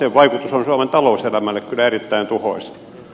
sen vaikutus on suomen talouselämälle kyllä erittäin tuhoisa